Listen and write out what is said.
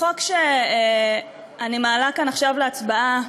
החוק שאני מעלה כאן עכשיו להצבעה,